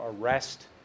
arrest